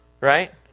right